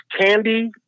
Candy